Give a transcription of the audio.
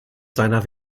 seiner